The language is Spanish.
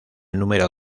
número